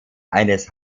eines